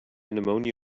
pneumonia